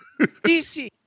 dc